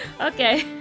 okay